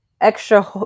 extra